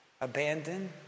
abandoned